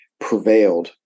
prevailed